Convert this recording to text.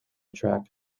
track